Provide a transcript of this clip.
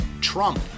Trump